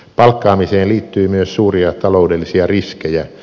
palkkaamiseen liittyy myös suuria taloudellisia riskejä